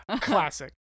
Classic